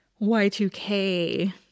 Y2K